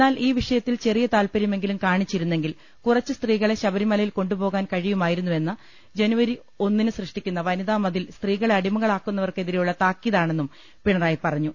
എന്നാൽ ഈ വിഷയത്തിൽ ചെറിയ താൽപര്യമെങ്കിലും കാണിച്ചിരുന്നെങ്കിൽ കുറച്ച് സ്ത്രീകളെ ശബരിമല യിൽ കൊണ്ടുപോകാൻ കഴിയുമായിരുന്നുവെന്നും ജനുവരി ഒന്നിന് സൃഷ്ടി ക്കുന്ന വനിതാ മതിൽ സ്ത്രീകളെ അടിമകളാക്കുന്നവർക്കെതിരെയുള്ള താക്കീതാണെന്നും പിണറായി പറഞ്ഞു